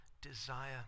desire